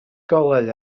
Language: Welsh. golau